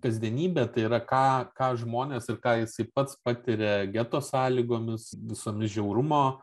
kasdienybę tai yra ką ką žmonės ir ką jisai pats patiria geto sąlygomis visomis žiaurumo